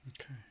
Okay